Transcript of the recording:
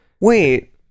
Wait